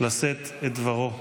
לשאת את דברו.